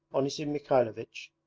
onisim mikhaylovich,